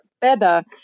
better